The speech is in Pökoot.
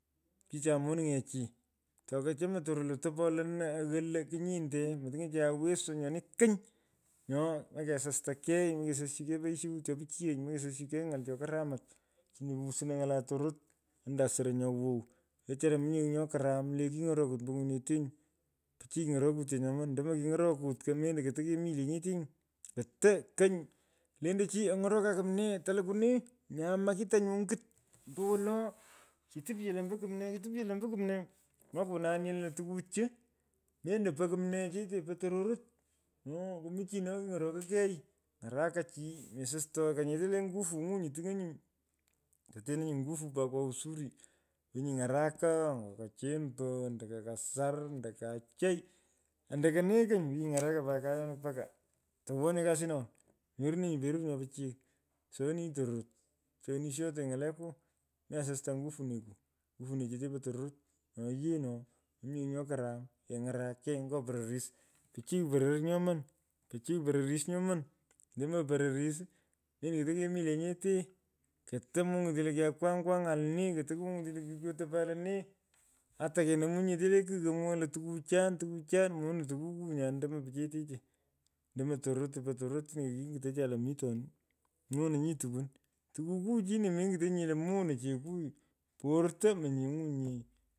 Chicho menuny’echi. toko chemei tororot lo topo lo ono agno lo. kinyinte. motiny’eticha nye owesyo nyoni keny. Nyo mokesastakei nya kesosyikei peghisheut cho pichiyech moko. kesosyikeing’al cho karamach chinu husnei ny’ala tororot andan soro nyo wow. Wechara mominye kigh nyo karam le kiny’orokut ombo nywinyinete. pichiy kiny’oroku nyomani ndomo kiny’orokut ko mendo koto kemi lenyetenyi. ata kony lente chi any’orokan kumnee to lukwunee. nyoo aman kitanyo angit ombowolo kitipyo lo ombo kumnee kitipyo lo ombo kumnee. Mokunon nye lo tukuchi. mendo po kumnee chete po tororot. Nyo kmichino kuny’orokoikoi. ny’araka chi. mesosta nyete le nyuvu ny’u nyi ting’enyi. totenenyi pat nyuvu kwa usuri. Winyi ny’araka. ko chembo ando ko kasar. ando ko achei amdo kene kony. wii ny’araka paut mpaka tokuwonyi kasinoni. Nyorunenyi perur nmyo pichiy. soyoninyi tororot. soyonishote ny’aleku. mesosta nyuvuneko. nyuvunechete po tororot. Nyo yee no mominye kigh nyo karam. keng’arak kei ny’o pororis. pichiy porons nyoman. pichiy pororis nyoman. ndomo pororis. mendo keto kemii lenyete. kotl mungutonyee lo kya kwanykwanyan lonee. koto mongitenye lo kyotopan lenee. ata kenomunyi nyete le kigh klo. mweghenyi lo tukuchan. tukuchan mono tukuku nyan ndomo pichetechi. ndomo tororot tupo tororot chini kinyutocha lo mitoni. miono nyi tukwan? Tukukuu chini menyitenyi lo momo chekuyi porto monyeng’unye.